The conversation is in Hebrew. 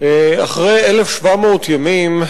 אחרי 1,700 ימים,